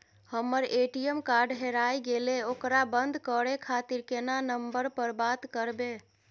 हमर ATM card हेराय गेले ओकरा बंद करे खातिर केना नंबर पर बात करबे?